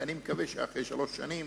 ואני מקווה שאחרי שלוש שנים